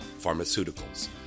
pharmaceuticals